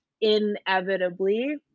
inevitably